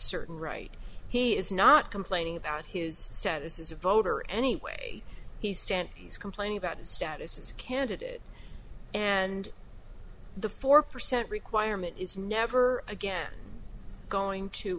certain right he is not complaining about his status as a voter any way he stands he's complaining about his status as a candidate and the four percent requirement is never again going to